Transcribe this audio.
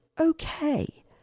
Okay